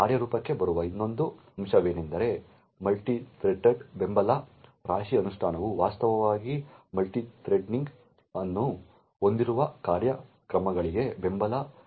ಕಾರ್ಯರೂಪಕ್ಕೆ ಬರುವ ಇನ್ನೊಂದು ಅಂಶವೆಂದರೆ ಮಲ್ಟಿಥ್ರೆಡ್ ಬೆಂಬಲ ರಾಶಿ ಅನುಷ್ಠಾನವು ವಾಸ್ತವವಾಗಿ ಮಲ್ಟಿಥ್ರೆಡಿಂಗ್ ಅನ್ನು ಹೊಂದಿರುವ ಕಾರ್ಯಕ್ರಮಗಳಿಗೆ ಬೆಂಬಲವನ್ನು ನೀಡಬಹುದೇ